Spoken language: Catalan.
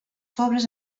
pobres